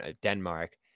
Denmark